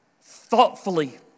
thoughtfully